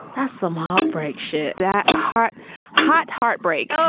that's some outbreak shit, that heart hot heartbreak.